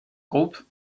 groupe